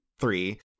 Three